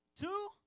Two